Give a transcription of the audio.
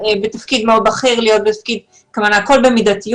בתפקיד מאוד בכיר להיות בתפקיד זוטר אלא הכול במידתיות